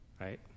right